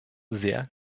sehr